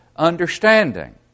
Understanding